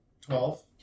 twelve